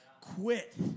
Quit